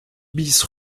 bis